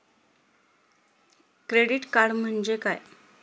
Credit card म्हणजे काय?